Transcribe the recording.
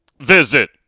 visit